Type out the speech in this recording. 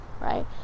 Right